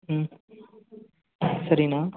ம் சரி அண்ணா